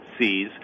sees